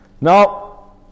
Now